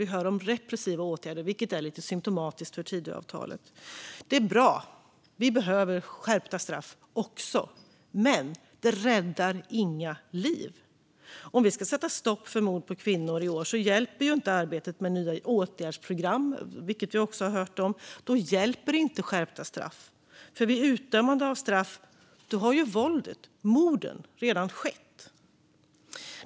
Vi hör om repressiva åtgärder, vilket är lite symptomatiskt för Tidöavtalet. Det är bra. Vi behöver skärpta straff också, men det räddar inga liv. Om vi ska sätta stopp för mord på kvinnor i år hjälper ju inte arbetet med nya åtgärdsprogram, vilket vi också har hört om. Då hjälper inte skärpta straff, för vi utdömandet av straff har ju våldet och morden redan skett.